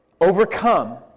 overcome